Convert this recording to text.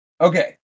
Okay